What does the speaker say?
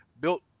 built